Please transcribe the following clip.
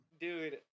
Dude